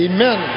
Amen